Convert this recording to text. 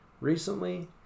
recently